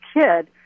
kid